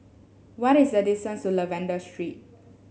what is the distance to Lavender Street